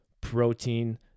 protein